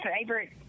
favorite